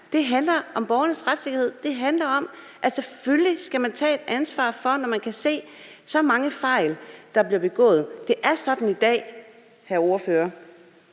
her handler om borgernes retssikkerhed; det handler om, at man selvfølgelig skal tage ansvar for det, når man kan se, at der bliver begået så mange fejl. Det er sådan i dag, hr. ordfører,